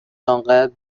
انقدر